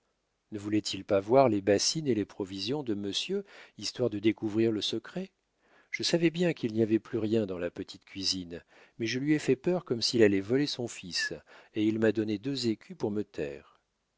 ne voulait-il pas voir les bassines et les provisions de monsieur histoire de découvrir le secret je savais bien qu'il n'y avait plus rien dans la petite cuisine mais je lui ai fait peur comme s'il allait voler son fils et il m'a donné deux écus pour me taire